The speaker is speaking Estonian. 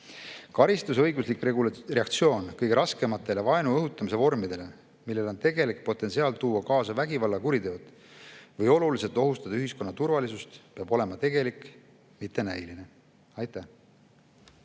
Karistusõiguslik reaktsioon kõige raskematele vaenuõhutamise vormidele, millel on tegelik potentsiaal tuua kaasa vägivallakuriteod või oluliselt ohustada ühiskonna turvalisust, peab olema tegelik, mitte näiline. Aitäh!